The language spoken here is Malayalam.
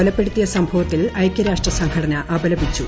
കൊലപ്പെടുത്തിയ സംഭവത്തിൽ ഐക്യരാഷ്ട്ര സംഘടന അപലപിച്ചു